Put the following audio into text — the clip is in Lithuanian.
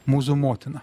mūzų motina